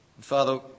Father